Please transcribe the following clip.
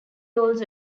also